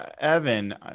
Evan